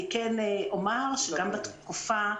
אני אומר שגם בתקופה,